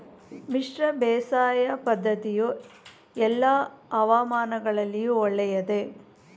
ಮಿಶ್ರ ಬೇಸಾಯ ಪದ್ದತಿಯು ಎಲ್ಲಾ ಹವಾಮಾನದಲ್ಲಿಯೂ ಒಳ್ಳೆಯದೇ?